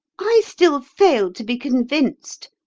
i still fail to be convinced,